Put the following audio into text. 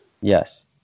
Yes